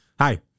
hi